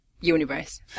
universe